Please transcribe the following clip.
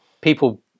people